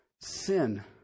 sin